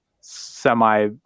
semi